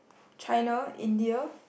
China India